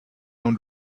own